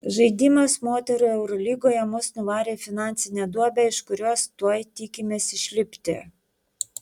žaidimas moterų eurolygoje mus nuvarė į finansinę duobę iš kurios tuoj tikimės išlipti